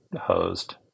hosed